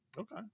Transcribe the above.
Okay